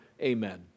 Amen